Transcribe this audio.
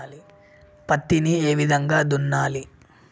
పత్తిని ఏ విధంగా దున్నాలి?